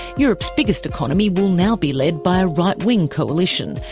europe's biggest economy will now be led by a right-wing coalition.